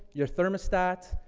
your thermostat,